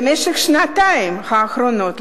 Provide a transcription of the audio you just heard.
במשך השנתיים האחרונות,